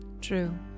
True